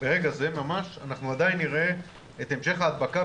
ברגע זה ממשש עדיין נראה את המשך ההדבקה,